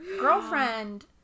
girlfriend